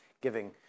giving